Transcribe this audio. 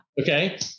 Okay